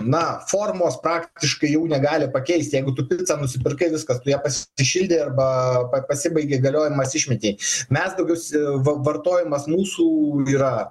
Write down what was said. na formos praktiškai jau negali pakeist jeigu tu picą nusipirkai viskas tu ją pasišildei arba pa pasibaigė galiojimas išmetei mes daugiausiai va vartojimas mūsų yra